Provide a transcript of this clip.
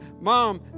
Mom